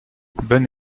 bon